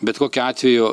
bet kokiu atveju